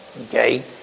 Okay